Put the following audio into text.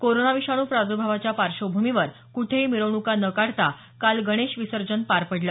corona विषाणू प्रादर्भावाच्या पार्श्वभूमीवर कुठेही मिरवणूका न काढता काल गणेश विसर्जन पार पडलं